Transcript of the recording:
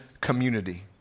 community